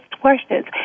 questions